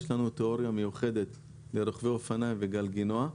יש לנו תיאוריה מיוחדת לרוכבי אופניים וגלגינוע,